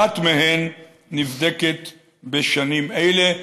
אחת מהן נבדקת בשנים אלה.